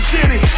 City